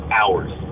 hours